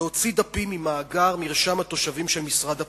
להוציא דפים ממאגר מרשם התושבים של משרד הפנים.